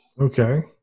Okay